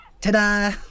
Ta-da